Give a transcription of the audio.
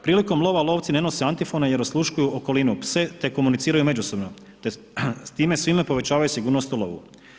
Prilikom lova lovci ne nose antifone jer osluškuju okolinu, pse te komuniciraju međusobno te s time svima povećavaju sigurnost u lovu.